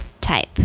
type